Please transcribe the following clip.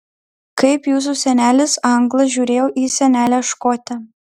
kaip jūsų senelis anglas žiūrėjo į senelę škotę